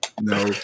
no